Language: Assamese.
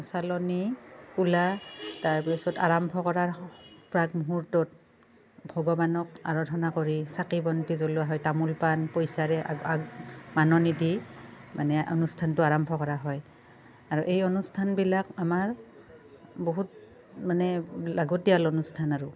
চালনি কুলা তাৰপিছত আৰম্ভ কৰাৰ প্ৰাকমুহূৰ্তত ভগৱানক আৰাধনা কৰি চাকি বন্তি জ্ৱলোৱা হয় তামোল পাণ পইচাৰে মাননি দি মানে অনুষ্ঠানটো আৰম্ভ কৰা হয় আৰু এই অনুষ্ঠানবিলাক আমাৰ বহুত মানে লাগতীয়াল অনুষ্ঠান আৰু